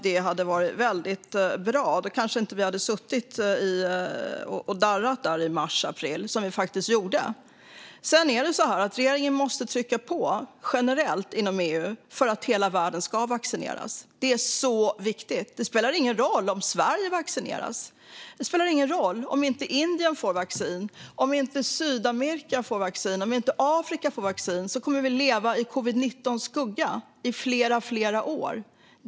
Det hade varit bra, och då kanske vi inte hade suttit och darrat i mars och april. Regeringen måste trycka på generellt inom EU för att hela världen ska vaccineras. Det är så viktigt. Det spelar ingen roll om Sverige vaccineras om inte Indien får vaccin, om inte Sydamerika får vaccin och om inte Afrika får vaccin. Då kommer vi att leva i skuggan av covid-19 i flera år.